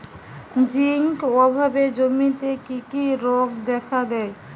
Zinc অভাবে জমিতে কি কি রোগ দেখাদেয়?